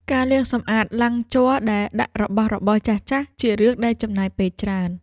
ការលាងសម្អាតឡាំងជ័រដែលដាក់របស់របរចាស់ៗ ជារឿងដែលចំណាយពេលច្រើន។